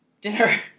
dinner